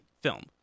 film